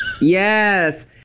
Yes